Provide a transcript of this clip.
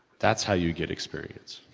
that's how you get experience!